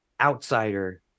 outsider